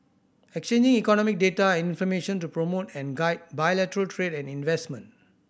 exchanging economic data and information to promote and guide bilateral trade and investment